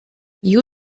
you